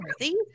worthy